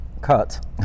cut